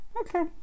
okay